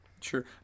sure